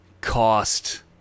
cost